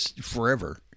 forever